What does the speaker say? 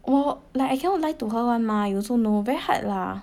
oh like I cannot lie to her [one] mah you also know very hard lah